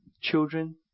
children